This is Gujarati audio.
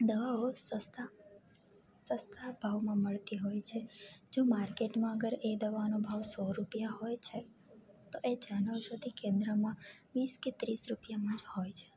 દવાઓ સસ્તા સસ્તા ભાવમાં મળતી હોય છે જે માર્કેટમાં અગર એ દવાનો ભાવ સો રૂપિયા હોય છે તો એ જન ઔષધિ કેન્દ્રમાં વીસ કે ત્રીસ રૂપિયામાં જ હોય છે